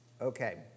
Okay